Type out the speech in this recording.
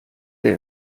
der